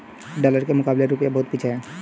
dollar के मुकाबले रूपया बहुत पीछे है